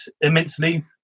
immensely